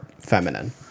feminine